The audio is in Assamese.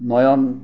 নয়ন